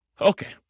Okay